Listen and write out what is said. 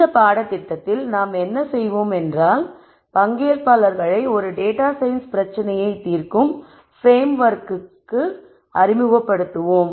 இந்த பாடத்திட்டத்தில் நாம் என்ன செய்வோம் என்றால் பங்கேற்பாளர்களை ஒரு டேட்டா சயின்ஸ் பிரச்சனையை தீர்க்கும் பிரேம்ஓர்க்ற்கு அறிமுகப்படுத்துவதாகும்